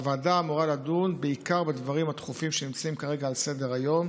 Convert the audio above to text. הוועדה אמורה לדון בעיקר בדברים הדחופים שנמצאים כרגע על סדר-היום,